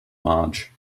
marge